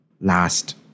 last